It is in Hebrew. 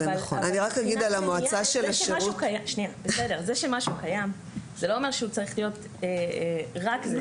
זה שמשהו קיים זה לא אומר שהוא צריך להיות רק זה.